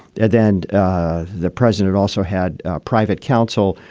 yeah then the president also had private counsel.